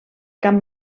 camp